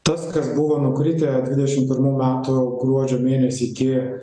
tas kas buvo nukritę dvidešimt pirmų metų gruodžio mėnesį iki